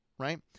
Right